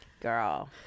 girl